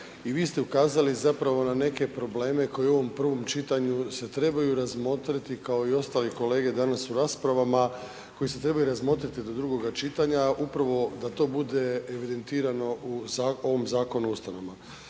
i vi ste ukazali zapravo na neke probleme koji u ovom prvom čitanju se trebaju razmotriti kao i ostali kolege danas u raspravama, koji se trebaju razmotriti do drugog čitanja upravo da to bude evidentirano u ovom Zakonu o ustanovama,